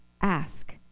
ask